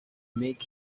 make